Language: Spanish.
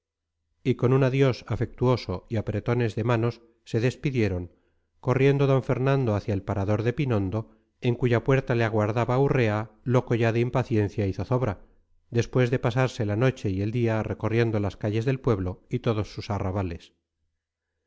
y con un adiós afectuoso y apretones de manos se despidieron corriendo d fernando hacia el parador de pinondo en cuya puerta le aguardaba urrea loco ya de impaciencia y zozobra después de pasarse la noche y el día recorriendo las calles del pueblo y todos sus arrabales